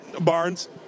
Barnes